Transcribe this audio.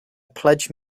pledge